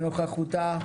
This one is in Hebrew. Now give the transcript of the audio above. בנוכחותה.